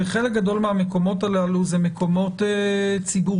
וחלק גדול מהמקומות הללו אלה מקומות ציבוריים.